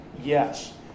Yes